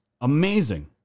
Amazing